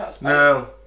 No